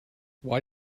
why